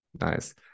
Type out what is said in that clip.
nice